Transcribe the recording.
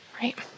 Right